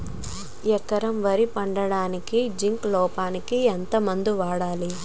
ఎకరం వరి పండించటానికి జింక్ లోపంకి ఏ మందు వాడాలి?